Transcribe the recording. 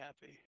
happy